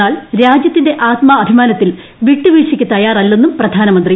എന്നാൽ രാജ്യത്തിന്റെ ആത്മാഭിമാനത്തിൽ വിട്ടുവീഴ്ചയ്ക്ക് തയ്യാറല്ലെന്നും പ്രധാനമന്ത്രി